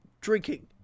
drinking